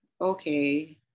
Okay